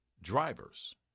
Drivers